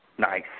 Nice